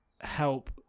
help